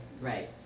right